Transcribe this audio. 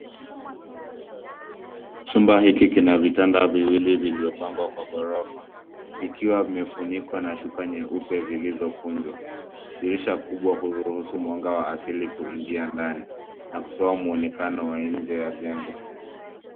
Chumba hiki kina vitanda viwili viliopangwa kwa ghorofa vikiwa vimefunikwa na shuka nyeupe zilizokunjwa. Dirisha kubwa kuruhusu mwanga wa asili kuingia ndani na kutoa mwonekano wa nje ya jengo.